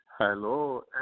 Hello